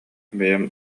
бэйэм